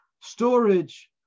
storage